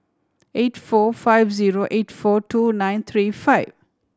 eight four five zero eight four two nine three five